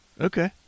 Okay